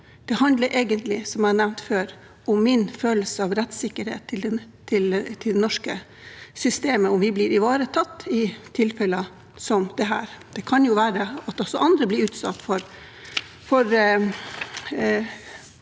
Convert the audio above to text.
Det handler egentlig, som jeg har nevnt før, om min følelse av rettssikkerhet i det norske systemet, om vi blir ivaretatt i tilfeller som dette. Det kan jo være at også andre blir utsatt for